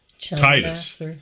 Titus